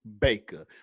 Baker